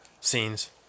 scenes